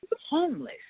homeless